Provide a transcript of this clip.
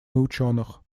учёных